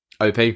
OP